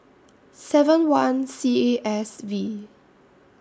seven one C A S V